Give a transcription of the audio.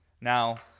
Now